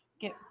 get